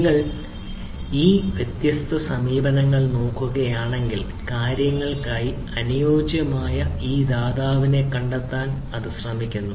നിങ്ങൾ ഈ വ്യത്യസ്ത സമീപനങ്ങൾ നോക്കുകയാണെങ്കിൽ കാര്യങ്ങൾക്കായി അനുയോജ്യമായ ഒരു ദാതാവിനെ കണ്ടെത്താൻ ഇത് ശ്രമിക്കുന്നു